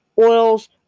oils